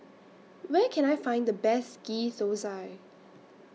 Where Can I Find The Best Ghee Thosai